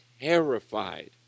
terrified